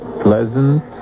pleasant